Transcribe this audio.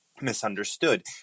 misunderstood